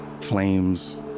flames